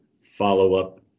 follow-up